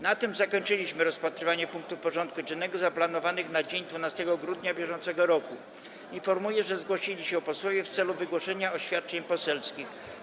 Na tym zakończyliśmy rozpatrywanie punktów porządku dziennego zaplanowanych na dzień 12 grudnia br. Informuję, że zgłosili się posłowie w celu wygłoszenia oświadczeń poselskich.